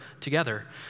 together